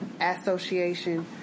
Association